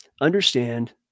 understand